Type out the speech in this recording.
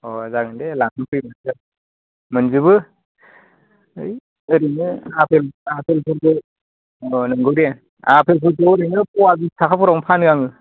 अ जागोन दे लांफै दे मोनजोबो है ओरैनो आफेल आफेलफोरखौ नोंगो दे आफेलफोरखौ ओरैनो फवा बिस थाखा फोरावनो फानो आङो